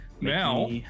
Now